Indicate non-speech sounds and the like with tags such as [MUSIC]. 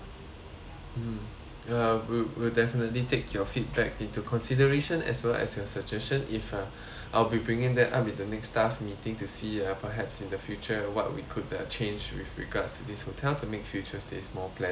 uh good will definitely take your feedback into consideration as well as your suggestion if uh I'll be bringing that up in the next staff meeting to see uh perhaps in the future what we could uh change with regards to this hotel to make future stays more pleasant and enjoyable [BREATH]